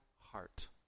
heart